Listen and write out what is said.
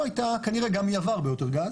או הייתה כנראה גם מייבאת הרבה יותר גז,